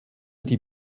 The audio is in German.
die